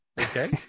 Okay